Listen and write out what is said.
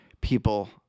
people